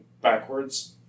backwards